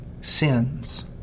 sins